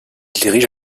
dirige